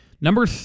Number